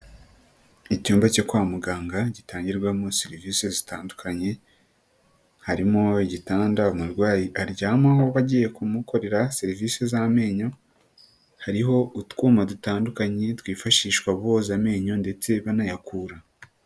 Icyumba cyo kwa muganga, gitangirwamo serivisi zitandukanye, harimo igitanda umurwayi aryamaho bagiye kumukorera serivisi z'amenyo, hariho utwuma dutandukanye twifashishwa boza amenyo ndetse banayakura.